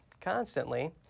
constantly